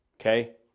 Okay